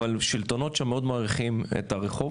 אבל השלטונות שם מאוד מעריכים את הרחוב